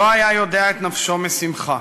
לא היה יודע את נפשו משמחה.